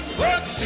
work